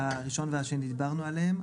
הראשון והשני דיברנו עליהם.